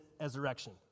resurrection